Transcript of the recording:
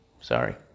Sorry